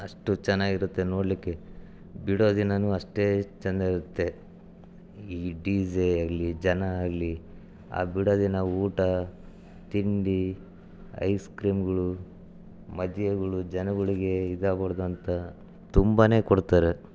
ಅಷ್ಟು ಚೆನ್ನಾಗಿರುತ್ತೆ ನೋಡಲಿಕ್ಕೆ ಬಿಡೋ ದಿನನೂ ಅಷ್ಟೇ ಚೆಂದ ಇರುತ್ತೆ ಈ ಡಿ ಝೆ ಆಗಲೀ ಜನ ಆಗಲೀ ಆ ಬಿಡೋ ದಿನ ಊಟ ತಿಂಡಿ ಐಸ್ಕ್ರೀಮ್ಗಳು ಮದ್ಯಗಳು ಜನಗಳಿಗೆ ಇದಾಗಬಾರ್ದು ಅಂತ ತುಂಬಾ ಕೊಡ್ತಾರೆ